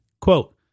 Quote